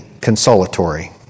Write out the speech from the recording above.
consolatory